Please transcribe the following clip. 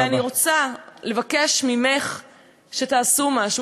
ואני רוצה לבקש ממך שתעשו משהו,